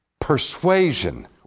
Persuasion